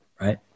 right